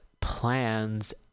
plans